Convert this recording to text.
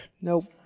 Nope